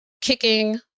kicking